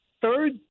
third